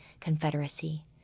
Confederacy